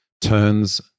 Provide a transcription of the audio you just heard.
turns